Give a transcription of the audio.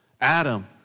Adam